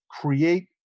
create